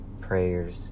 prayers